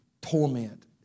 torment